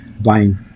buying